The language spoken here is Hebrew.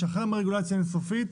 לשחרר מהרגולציה המצרפית,